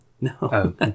No